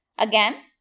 again,